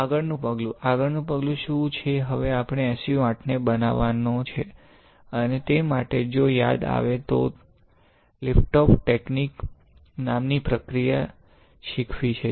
આગળનું પગલું આગળનું પગલું શું છે હવે આપણે SU 8ને બનાવવાનો છે અને તે માટે જો યાદ આવે તો મેં લિફ્ટ ઓફ ટેકનીક નામની પ્રક્રિયા શીખવી છે